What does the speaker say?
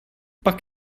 pak